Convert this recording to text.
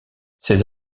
ses